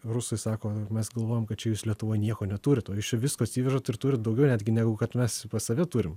rusai sako mes galvojom kad čia jūs lietuvoj nieko neturit o jūs čia visko atsivežat ir turit daugiau netgi negu kad mes pas save turim